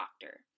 doctor